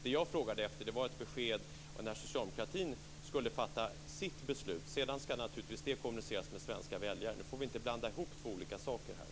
Vad jag frågade efter var ett besked om när Socialdemokraterna skall fatta sitt beslut. Sedan skall det naturligtvis kommuniceras med svenska väljare. Vi får inte blanda ihop två olika saker här.